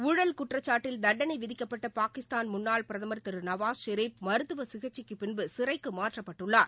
ஊழல் குற்றச்சாட்டில் தண்டனைவிதிக்கப்பட்டபாகிஸ்தான் முன்னாள் பிரதமர் திரு நவாஸ் ஷெரீப் மருத்துவசிகிச்சைக்குப் பின்பு சிறைக்குமாற்றப்பட்டுள்ளார்